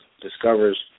discovers